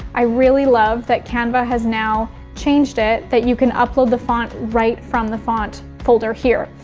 i really love that canva has now changed it that you can upload the font right from the font folder here.